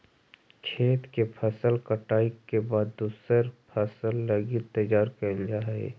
खेत के फसल कटाई के बाद दूसर फसल लगी तैयार कैल जा हइ